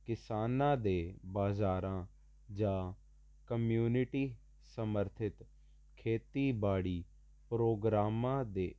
ਕਿਸਾਨਾਂ ਦੇ ਬਜ਼ਾਰਾਂ ਜਾਂ ਕਮਿਊਨਿਟੀ ਸਮਰਥਿਤ ਖੇਤੀਬਾੜੀ ਪ੍ਰੋਗਰਾਮਾਂ ਦੇ